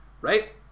Right